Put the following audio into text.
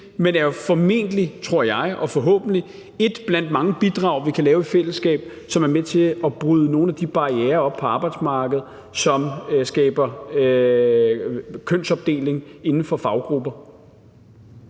men er formentlig, tror jeg, og forhåbentlig et blandt mange bidrag, vi kan yde i fællesskab, som er med til at bryde nogle af de barrierer op, der er på arbejdsmarkedet, som skaber kønsopdeling inden for faggrupper.